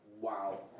Wow